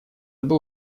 был